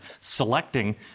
selecting